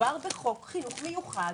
שמדובר בחוק חינוך מיוחד